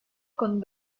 con